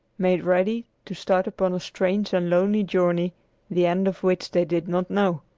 made ready to start upon a strange and lonely journey the end of which they did not know.